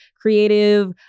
creative